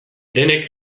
denek